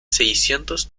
seiscientos